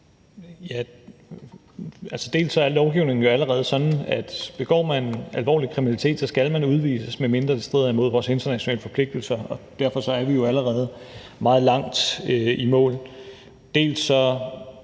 Dels er lovgivningen allerede sådan, at begår man alvorlig kriminalitet, skal man udvises, medmindre det strider imod vores internationale forpligtelser, og derfor er vi allerede meget langt i mål, dels er